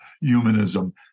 humanism